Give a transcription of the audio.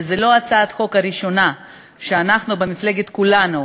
וזו לא הצעת החוק הראשונה שאנחנו, במפלגת כולנו,